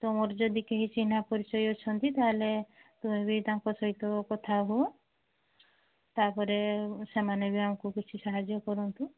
ତୁମର ଯଦି କେହି ଚିହ୍ନା ପରିଚୟ ଅଛନ୍ତି ତା'ହେଲେ ତୁମେ ବି ତାଙ୍କ ସହିତ କଥା ହୁଅ ତା'ପରେ ସେମାନେ ବି ଆମକୁ କିଛି ସାହାଯ୍ୟ କରନ୍ତୁ